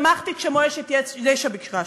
שמחתי כשמועצת יש"ע ביקרה שם.